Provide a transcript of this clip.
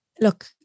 look